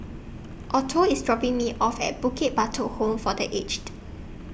Otho IS dropping Me off At Bukit Batok Home For The Aged